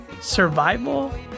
survival